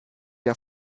der